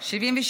נתקבלו.